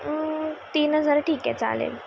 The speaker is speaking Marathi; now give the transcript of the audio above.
तीन हजार ठीके चालेल